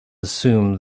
assume